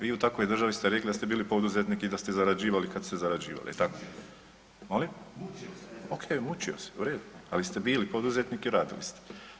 Vi u takvoj državi ste rekli da ste bili poduzetnik i da ste zarađivali kada se zarađivalo jel tako? … [[Upadica se ne razumije.]] Molim? … [[Upadica se ne razumije.]] Ok, mučio ste u redu, ali ste bili poduzetnik i radili ste.